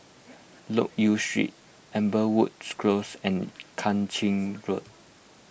Loke Yew Street Amberwoods Close and Kang Ching Road